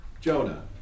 Jonah